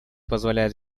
позволяют